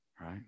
right